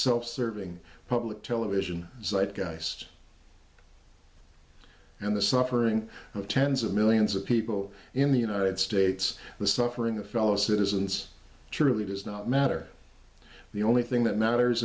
self serving public television geist and the suffering of tens of millions of people in the united states the suffering the fellow citizens truly does not matter the only thing that matters